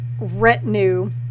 retinue